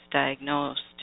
diagnosed